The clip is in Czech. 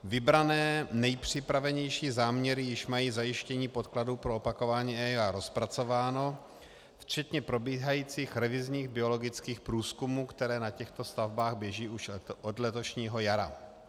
Vybrané nejpřipravenější záměry již mají zajištění podkladů pro opakování EIA rozpracováno včetně probíhajících revizních biologických průzkumů, které na těchto stavbách běží už od letošního jara.